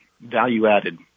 value-added